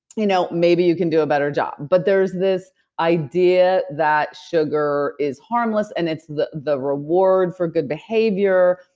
you know maybe you can do a better job. but there's this idea that sugar is harmless and it's the the reward for good behavior.